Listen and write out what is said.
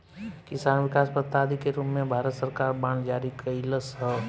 किसान विकास पत्र आदि के रूप में भारत सरकार बांड जारी कईलस ह